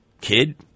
kid